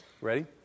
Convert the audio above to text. Ready